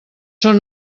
són